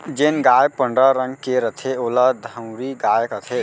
जेन गाय पंडरा रंग के रथे ओला धंवरी गाय कथें